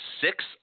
six